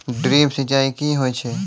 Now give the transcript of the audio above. Drip सिंचाई कि होय छै?